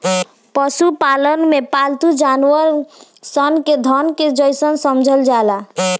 पशुपालन में पालतू जानवर सन के धन के जइसन समझल जाला